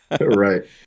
Right